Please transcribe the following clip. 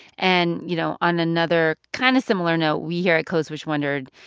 and, you know, on another kind of similar note, we here at code switch wondered,